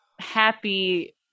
happy